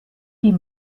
wie